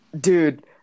Dude